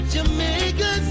Jamaica